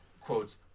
quotes